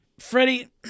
Freddie